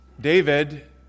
David